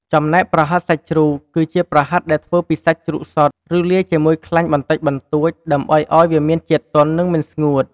ចំណែក ប្រហិតសាច់ជ្រូក គឺជាប្រហិតដែលធ្វើពីសាច់ជ្រូកសុទ្ធ ឬលាយជាមួយខ្លាញ់បន្តិចបន្តួច ដើម្បីឱ្យវាមានជាតិទន់ និងមិនស្ងួត។